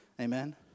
Amen